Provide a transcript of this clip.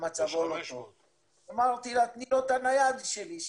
נתחיל את הדיון.